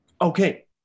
Okay